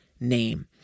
name